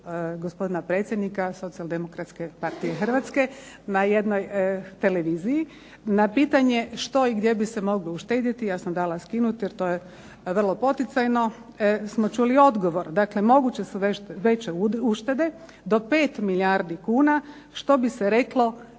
gospodina predsjednika Socijaldemokratske partije Hrvatske na jednoj televiziji, na pitanje što i gdje bi se moglo uštedjeti, ja sam dala skinuti jer to je vrlo poticajno, smo čuli odgovor. Dakle moguće su veće uštede do 5 milijardi kuna, što bi se reklo